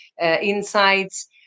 insights